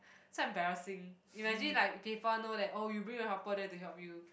so embarrassing imagine like people know that oh you bring your helper there to help you